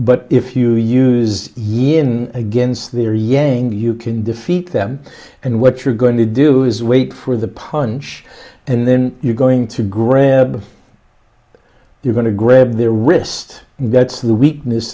but if you use yin against their yang you can defeat them and what you're going to do is wait for the punch and then you're going to grab you're going to grab their wrist that's the weakness